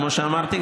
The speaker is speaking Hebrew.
כמו שאמרתי,